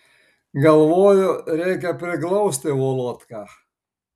galvoju reikia priglausti volodką